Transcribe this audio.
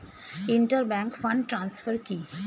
Inter bank fund transfer কি?